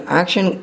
action